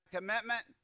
commitment